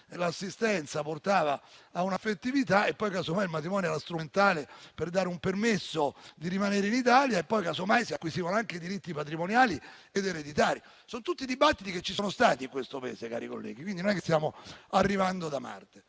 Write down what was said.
l'assistenza portava a un'affettività e poi casomai il matrimonio era strumentale per ottenere il permesso di rimanere in Italia, magari si acquisivano anche i diritti patrimoniali ed ereditari. Sono tutti dibattiti che ci sono stati in questo Paese, cari colleghi, e quindi non stiamo arrivando da Marte.